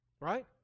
Right